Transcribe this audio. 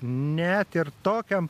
net ir tokiam